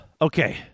Okay